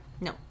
no